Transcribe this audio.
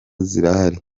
zirahari